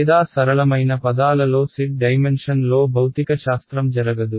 లేదా సరళమైన పదాలలో z డైమెన్షన్లో భౌతికశాస్త్రం జరగదు